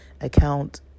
account